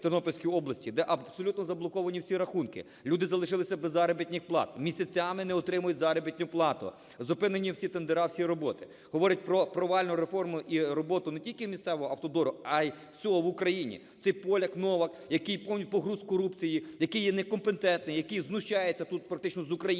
Тернопільській області, де абсолютно заблоковані всі рахунки, люди залишилися без заробітних плат, місяцями не отримують заробітну плату, зупинені всі тендера, всі роботи. Говорить про провальну реформу і роботу не тільки місцевого автодору, а й в цілому в Україні. Це і Поляк, Новак, який погруз в корупції, який є некомпетентний, який знущається тут практично з України,